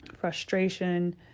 frustration